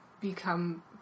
become